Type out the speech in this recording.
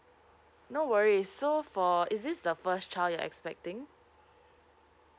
no worries so for is this the first child you're expecting